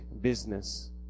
business